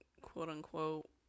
quote-unquote